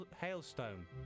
hailstone